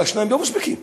אבל שניים לא מספיקים.